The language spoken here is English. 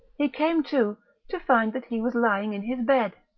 he came to to find that he was lying in his bed,